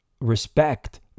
respect